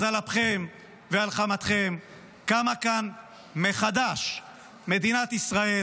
אז על אפכם ועל חמתכם קמה כאן מחדש מדינת ישראל,